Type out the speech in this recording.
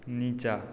नीचाँ